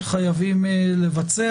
חייבים לבצע.